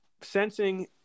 sensing